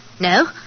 No